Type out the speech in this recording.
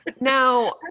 Now